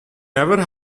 never